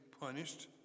punished